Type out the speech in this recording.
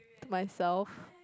myself